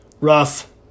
rough